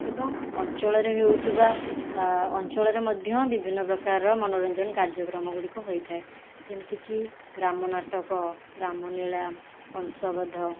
ଏବଂ ଅଞ୍ଚଳରେ ହେଉଥିବା ଅଞ୍ଚଳରେ ମଧ୍ୟ ବିଭିନ୍ନ ପ୍ରକାରର ମନୋରଞ୍ଜନ କାର୍ଯ୍ୟକ୍ରମ ଗୁଡ଼ିକ ହୋଇଥାଏ ଯେମିତିକି ରାମନାଟକ ରାମନିଳା କଂସ ବଦ୍ଧ